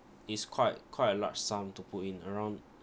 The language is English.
it's quite quite a large sum to put in around